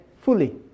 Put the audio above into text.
fully